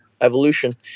evolution